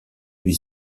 lui